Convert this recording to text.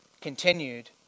continued